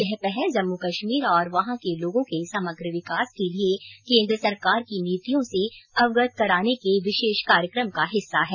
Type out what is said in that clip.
यह पहल जम्मू कश्मीर और वहां के लोगों के समग्र विकास के लिए केंद्र सरकार की नीतियों से अवगत कराने के विशेष कार्यक्रम का हिस्सा है